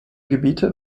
gebiete